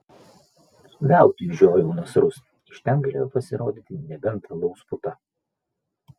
veltui žiojau nasrus iš ten galėjo pasirodyti nebent alaus puta